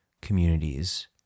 communities